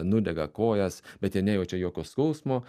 nudega kojas bet jie nejaučia jokio skausmo